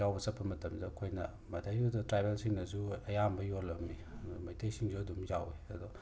ꯌꯥꯎꯕ ꯆꯠꯄ ꯃꯇꯝꯗ ꯑꯩꯈꯣꯏꯅ ꯃꯗꯩꯗꯨꯗ ꯇ꯭ꯔꯥꯏꯕꯣꯜꯁꯤꯡꯅꯁꯨ ꯑꯌꯥꯝꯕ ꯌꯣꯂꯝꯃꯤ ꯃꯩꯇꯩꯁꯤꯡꯁꯨ ꯑꯗꯨꯝ ꯌꯥꯎꯋꯤ ꯑꯗꯣ